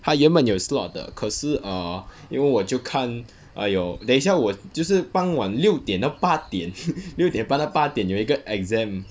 它原本有 slot 的可是 err 因为我就看 err 有等一下我就傍晚六点到八点六点半到八点就有一个 exam